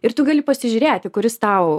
ir tu gali pasižiūrėti kuris tau